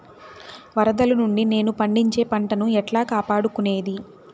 వరదలు నుండి నేను పండించే పంట ను ఎట్లా కాపాడుకునేది?